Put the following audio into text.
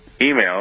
email